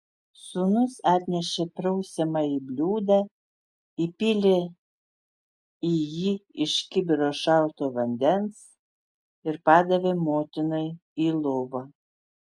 sūnus atnešė prausiamąjį bliūdą įpylė į jį iš kibiro šalto vandens ir padavė motinai į lovą